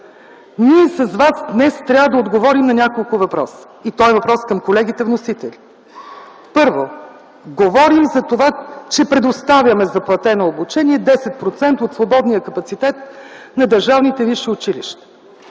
Ние с вас днес трябва да отговорим на няколко въпроса. И това са въпроси към колегите вносители. Първо, говорим, че предоставяме за платено обучение 10% от свободния капацитет на държавните висши училища.